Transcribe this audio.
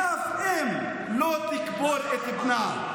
שאף אם לא תקבור את בנה.